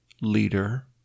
leader